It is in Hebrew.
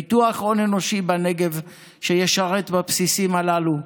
פיתוח הון אנושי בנגב שישרת בבסיסים האלה,